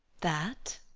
that?